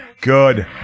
good